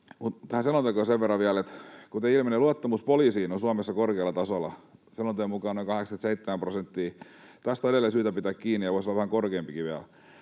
Tähän selontekoon sen verran vielä, että kuten ilmeni, luottamus poliisiin on Suomessa korkealla tasolla — selonteon mukaan noin 87 prosenttia. Tästä on edelleen syytä pitää kiinni, ja voisi se olla vähän korkeampikin vielä.